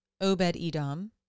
Obed-Edom